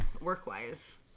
work-wise